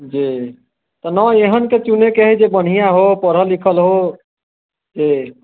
जी न एहेन केथी नहि कहै जे बढ़िऑं हो पढ़ल लिखल हो जी